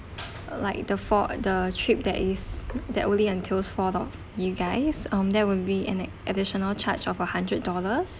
like the fo~ the trip that is that only entails four of you guys um that will be an ad~ additional charge of a hundred dollars